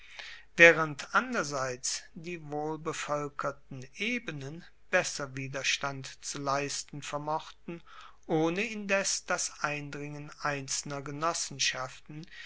waehrend anderseits die wohlbevoelkerten ebenen besser widerstand zu leisten vermochten ohne indes das eindringen einzelner genossenschaften